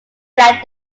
fled